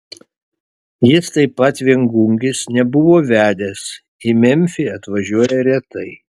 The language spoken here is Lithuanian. jis taip pat viengungis nebuvo vedęs į memfį atvažiuoja retai